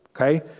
Okay